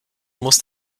muss